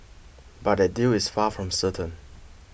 but that deal is far from certain